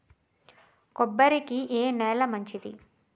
కొబ్బరి కి ఏ నేల మంచిది?